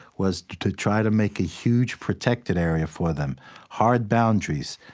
was to try to make a huge protected area for them hard boundaries.